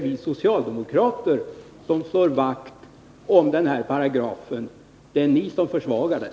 Vi socialdemokrater slår vakt om den här paragrafen, men ni vill försvaga den.